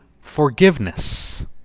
forgiveness